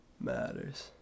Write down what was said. matters